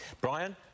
brian